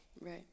Right